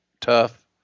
tough